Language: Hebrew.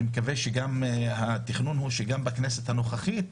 אני מקווה שהתכנון הוא שגם בכנסת הנוכחית,